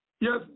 Yes